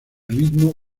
ritmo